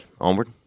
Onward